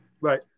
Right